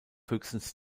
höchstens